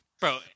bro